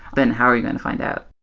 then how are you going to find out?